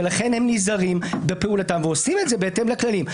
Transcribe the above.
ולכן הם נזהרים בפעולתם ועושים את זה בהתאם לכללים.